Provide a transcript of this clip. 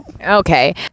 Okay